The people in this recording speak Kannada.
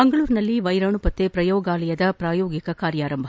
ಮಂಗಳೂರಿನಲ್ಲಿ ವೈರಾಣು ಪತ್ತೆ ಪ್ರಯೋಗಾಲಯದ ಪ್ರಾಯೋಗಿಕ ಕಾರ್ಯಾರಂಭ